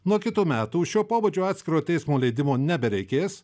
nuo kitų metų šio pobūdžio atskiro teismo leidimo nebereikės